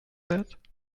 that